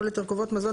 כולל תרכובות מזון,